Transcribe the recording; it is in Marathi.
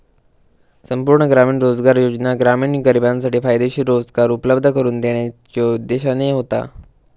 संपूर्ण ग्रामीण रोजगार योजना ग्रामीण गरिबांसाठी फायदेशीर रोजगार उपलब्ध करून देण्याच्यो उद्देशाने होता